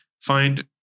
find